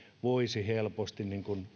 voisi helposti